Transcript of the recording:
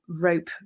rope